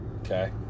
okay